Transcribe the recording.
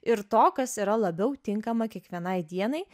ir to kas yra labiau tinkama kiekvienai dienai